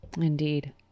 Indeed